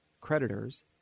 creditors